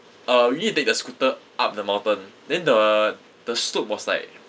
uh we need to take the scooter up the mountain then the the slope was like